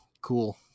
cool